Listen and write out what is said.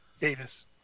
Davis